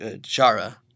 Jara